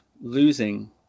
losing